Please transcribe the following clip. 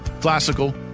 classical